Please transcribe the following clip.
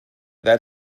that